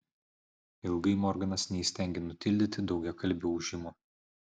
ilgai morganas neįstengė nutildyti daugiakalbio ūžimo